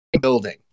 building